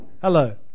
Hello